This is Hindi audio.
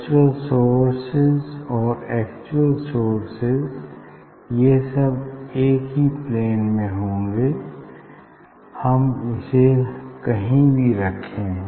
वर्चुअल सोर्सेज और एक्चुअल सोर्स ये सब एक ही प्लेन में होंगे हम इसे कहीं भी रखें